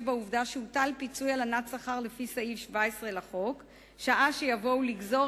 בעובדה שהוטל פיצוי הלנת שכר לפי סעיף 17 לחוק שעה שיבואו לגזור